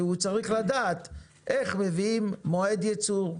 שהוא צריך לדעת איך מבינים מועד ייצור,